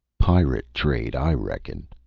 pirate trade, i reckon.